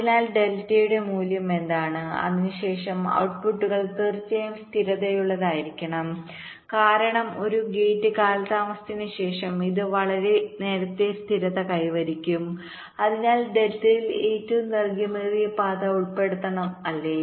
അതിനാൽ ഡെൽറ്റയുടെ മൂല്യം എന്താണ് അതിനുശേഷം ഔട്ട്പുട്ടുകൾ തീർച്ചയായും സ്ഥിരതയുള്ളതായിരിക്കും കാരണം ഒരു ഗേറ്റ് കാലതാമസത്തിന് ശേഷം ഇത് വളരെ നേരത്തെ സ്ഥിരത കൈവരിക്കും അതിനാൽ ഡെൽറ്റയിൽ ഏറ്റവും ദൈർഘ്യമേറിയ പാത ഉൾപ്പെടുത്തണം അല്ലേ